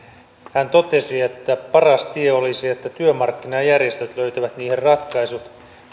hän totesi että paras tie olisi että työmarkkinajärjestöt löytävät niihin ratkaisut